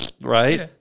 right